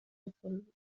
gefunden